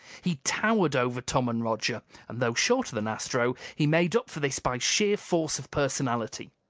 he towered over tom and roger, and though shorter than astro, he made up for this by sheer force of personality.